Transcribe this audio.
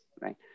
right